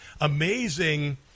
amazing